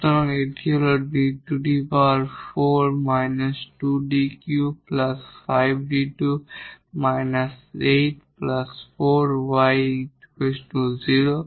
সুতরাং এটি হল 𝐷 4 2𝐷 3 5𝐷 2 8𝐷 4 𝑦 0